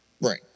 Right